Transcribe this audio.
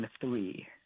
three